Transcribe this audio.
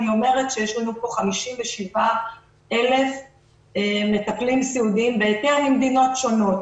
אני אומרת שיש לנו פה 57,000 מטפלים סיעודיים בהיתר ממדינות שונות.